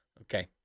Okay